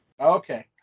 Okay